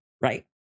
Right